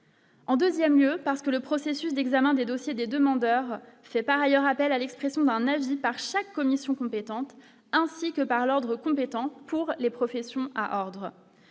En 2ème lieu parce que le processus d'examen des dossiers des demandeurs, fait par ailleurs appel à l'expression d'un avis par chaque commission compétente, ainsi que par l'Ordre compétents pour les professions ordre